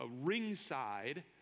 ringside